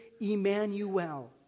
Emmanuel